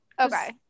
Okay